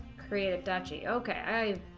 create a duchy okay